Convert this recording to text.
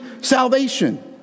salvation